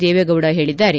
ದೇವೇಗೌಡ ಹೇಳಿದ್ದಾರೆ